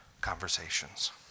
conversations